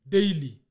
Daily